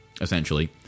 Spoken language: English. essentially